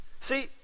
See